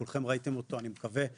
כולכם ראיתם אותו אני מקווה,